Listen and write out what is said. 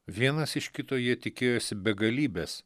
vienas iš kito jie tikėjosi begalybės